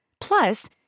Plus